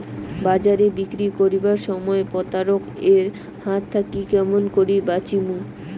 বাজারে বিক্রি করিবার সময় প্রতারক এর হাত থাকি কেমন করি বাঁচিমু?